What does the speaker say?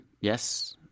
yes